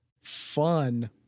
fun